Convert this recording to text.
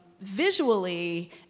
visually